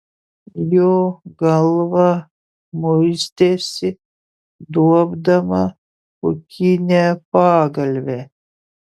jo galva muistėsi duobdama pūkinę pagalvę